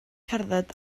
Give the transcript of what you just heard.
cerdded